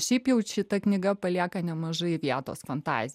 šiaip jau šita knyga palieka nemažai vietos fantazijai